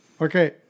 Okay